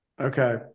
Okay